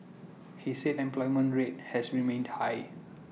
he said employment rate has remained high